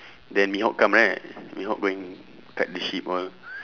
then mihawk come right mihawk go and cut the ship all